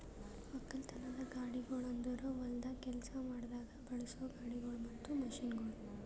ಒಕ್ಕಲತನದ ಗಾಡಿಗೊಳ್ ಅಂದುರ್ ಹೊಲ್ದಾಗ್ ಕೆಲಸ ಮಾಡಾಗ್ ಬಳಸೋ ಗಾಡಿಗೊಳ್ ಮತ್ತ ಮಷೀನ್ಗೊಳ್